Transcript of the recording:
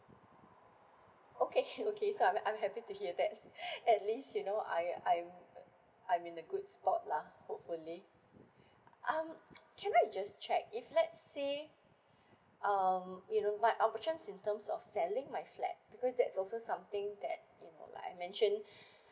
okay okay so I'm I'm happy to hear that at least you know I I'm I'm in the good spot lah hopefully um can I just check if let's say um you know my options in terms of selling my flat because that's also something that you know like I mentioned